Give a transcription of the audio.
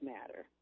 Matter